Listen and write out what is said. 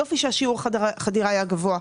יופי ששיעור החדירה היה גבוה.